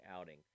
outing